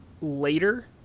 later